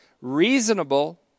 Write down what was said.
Reasonable